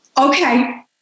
okay